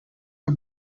are